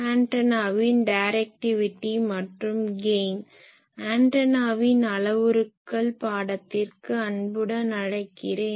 ஆன்டனாவின் அளவுருக்கள் பாடத்திற்கு அன்புடன் அழைக்கிறேன்